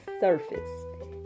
surface